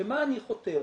למה אני חותר?